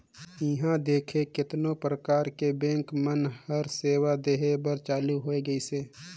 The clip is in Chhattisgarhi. इहां देखथे केतनो परकार के बेंक मन हर सेवा देहे बर चालु होय गइसे